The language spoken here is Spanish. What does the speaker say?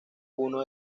uno